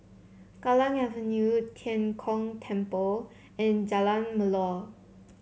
Kallang Avenue Tian Kong Temple and Jalan Melor